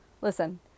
Listen